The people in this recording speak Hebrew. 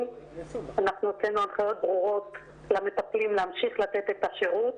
הוצאנו הנחיות ברורות למטפלים להמשיך לתת את השירות